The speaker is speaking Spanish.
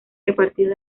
repartidos